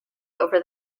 over